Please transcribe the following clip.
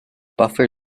buffer